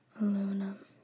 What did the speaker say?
Aluminum